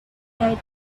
had